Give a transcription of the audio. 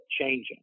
changing